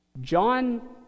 John